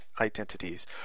identities